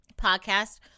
podcast